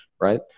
right